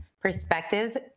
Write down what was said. perspectives